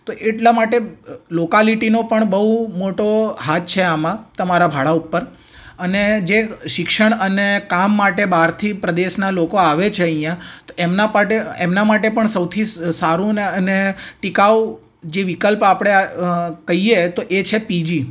તો એટલા માટે લોકાલિટીનો પણ બહુ મોટો હાથ છે આમાં તમારાં ભાડાં ઉપર અને જે શિક્ષણ અને કામ માટે બહારથી પ્રદેશનાં લોકો આવે છે અહીંયા તો એમના પાટે એમના માટે પણ સૌથી સ સારું ને અને ટકાઉ જે વિકલ્પ આપણે કઈએ તો એ છે પીજી